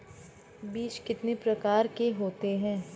बीज कितने प्रकार के होते हैं?